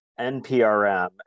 NPRM